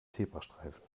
zebrastreifen